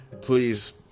Please